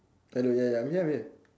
hello ya ya I'm here man